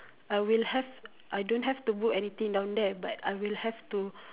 I will have I don't have to book anything down there but I will have to